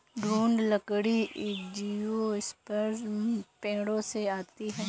दृढ़ लकड़ी एंजियोस्पर्म पेड़ों से आती है